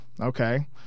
Okay